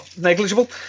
negligible